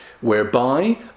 whereby